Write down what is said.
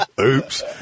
Oops